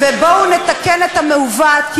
-- ובואו נתקן את המעוות.